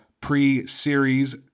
pre-series